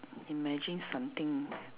imagine something